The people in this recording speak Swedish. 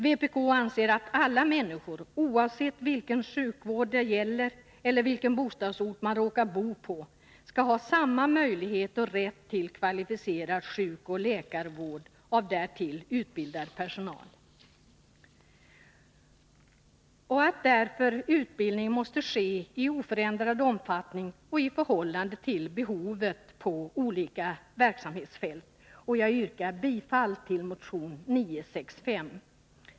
Vpk anser att alla människor, oavsett vilken sjukvård de behöver och vilken bostadsort de råkar bo på, skall ha samma möjlighet och rätt till kvalificerad sjukoch läkarvård av därtill utbildad personal, och att därför utbildning måste ske i oförändrad omfattning och i förhållande till behovet på olika verksamhetsfält. Jag yrkar bifall till motion 965.